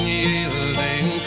yielding